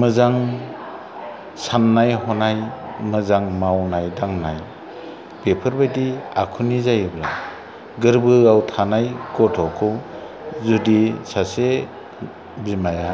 मोजां सान्नाय हनाय मोजां मावनाय दांनाय बेफोरबायदि आखुनि जायोब्ला गोरबोआव थानाय गथ'खौ जुदि सासे बिमाया